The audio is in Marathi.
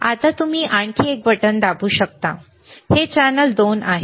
आता तुम्ही आणखी एक दाबू शकता हे चॅनेल 2 आहे